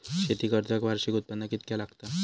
शेती कर्जाक वार्षिक उत्पन्न कितक्या लागता?